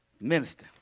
Minister